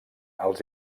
els